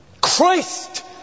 Christ